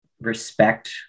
respect